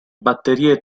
batterie